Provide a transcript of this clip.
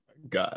God